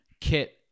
Kit